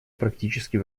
практически